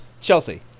Chelsea